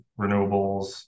renewables